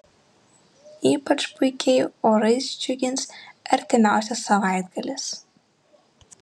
ypač puikiai orais džiugins artimiausias savaitgalis